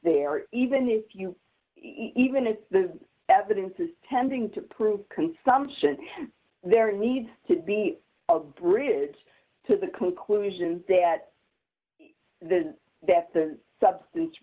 there even if you even if the evidence is tending to prove consumption there needs to be of bridge to the conclusion that that the substance